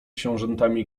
książętami